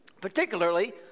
Particularly